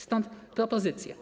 Stąd propozycje.